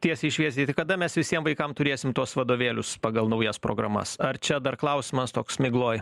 tiesiai šviesiai tai kada mes visiem vaikam turėsim tuos vadovėlius pagal naujas programas ar čia dar klausimas toks migloj